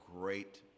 great